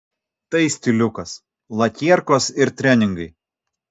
tai stiliukas lakierkos ir treningai